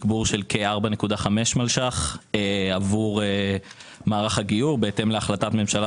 תגבור של כ-4.5 מיליון ₪ עבור מערך הגיור בהתאם להחלטת ממשלה